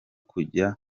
kujya